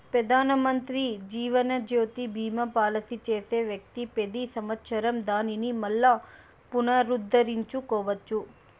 పెదానమంత్రి జీవనజ్యోతి బీమా పాలసీ చేసే వ్యక్తి పెతి సంవత్సరం దానిని మల్లా పునరుద్దరించుకోవచ్చు